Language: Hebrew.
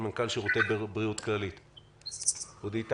לי יש